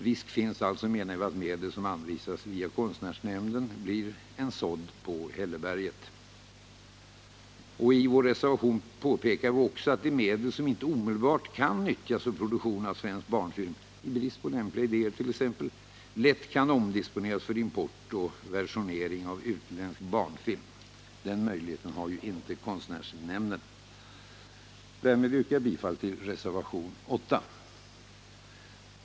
Risk finns, menar vi, att medel som anvisas via konstnärsnämnden blir en sådd på hälleberget. I vår reservation påpekar vi att de medel som inte omedelbart kan nyttjas för produktion av svensk barnfilm — i brist på lämpliga idéer t.ex. — lätt kan omdisponeras för import och versionering av utländsk barnfilm. Den möjligheten har inte konstnärsnämnden. Med detta yrkar jag bifall till reservationen 8.